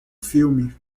filme